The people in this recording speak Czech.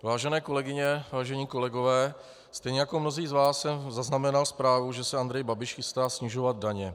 Vážené kolegyně, vážení kolegové, stejně jako mnozí z vás jsem zaznamenal zprávu, že se Andrej Babiš chystá snižovat daně.